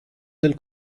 del